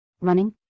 Running